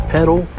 Pedal